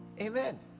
amen